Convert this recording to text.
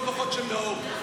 לא פחות של נאור,